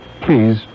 Please